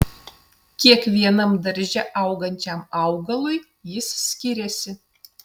kiekvienam darže augančiam augalui jis skiriasi